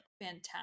fantastic